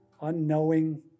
unknowing